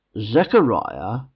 zechariah